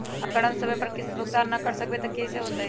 अगर हम समय पर किस्त भुकतान न कर सकवै त की होतै?